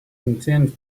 contains